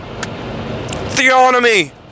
Theonomy